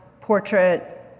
portrait